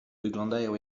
wyglądają